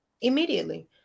Immediately